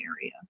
area